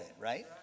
right